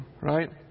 right